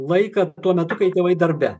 laiką tuo metu kai tėvai darbe